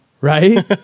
right